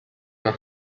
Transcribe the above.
una